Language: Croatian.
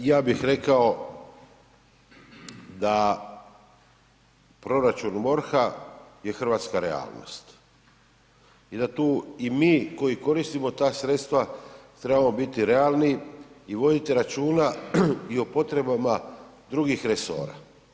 Pa, ja bih rekao da proračun MORH-a je hrvatska realnost i da tu i mi koji koristimo ta sredstva trebamo biti realni i voditi računa i o potrebama drugih resora.